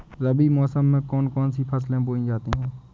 रबी मौसम में कौन कौन सी फसलें बोई जाती हैं?